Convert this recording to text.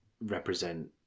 represent